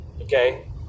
okay